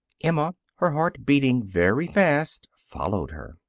emma, her heart beating very fast, followed her.